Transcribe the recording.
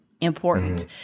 important